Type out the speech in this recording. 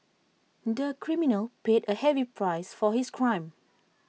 the criminal paid A heavy price for his crime